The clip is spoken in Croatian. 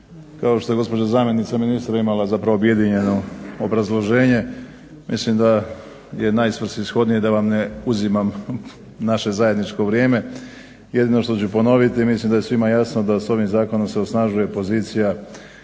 kao što je gospođa zamjenica ministra imala zapravo objedinjeno obrazloženje. Mislim da je najsvrsishodnije da vam ne uzimam naše zajedničko vrijeme. Jedino što ću ponoviti mislim da je svima jasno da s ovim zakonom se osnažuje pozicija